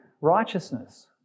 righteousness